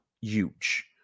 huge